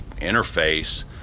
interface